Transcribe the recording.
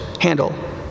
handle